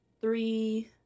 three